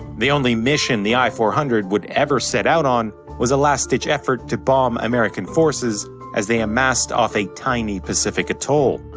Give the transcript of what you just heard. the only mission the i four hundred s would ever set out on was a last ditch effort to bomb american forces as they amassed off a tiny pacific atoll.